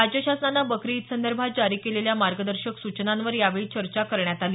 राज्य शासनानं बकरी ईदसंदर्भात जारी केलेल्या मार्गदर्शक सूचनांवर यावेळी चर्चा करण्यात आली